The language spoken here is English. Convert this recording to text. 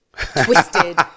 twisted